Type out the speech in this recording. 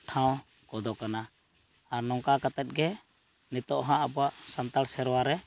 ᱴᱷᱟᱶ ᱠᱚᱫᱚ ᱠᱟᱱᱟ ᱟᱨ ᱱᱚᱝᱠᱟᱛᱮᱫ ᱜᱮ ᱱᱤᱛᱚᱜ ᱦᱟᱸᱜ ᱟᱵᱚᱣᱟᱜ ᱥᱟᱱᱛᱟᱲ ᱥᱮᱨᱣᱟ ᱨᱮ